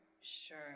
sure